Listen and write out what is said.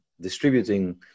distributing